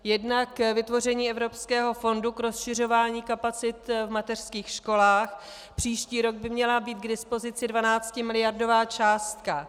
Jednak vytvoření evropského fondu k rozšiřování kapacit v mateřských školách, příští rok by měla být k dispozici dvanáctimiliardová částka.